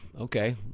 okay